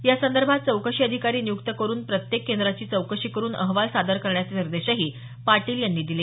यासंदर्भात चौकशी अधिकारी नियुक्त करुन प्रत्येक केंद्राची चौकशी करुन अहवाल सादर करण्याचे निर्देशही पाटील यांनी दिले